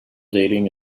dating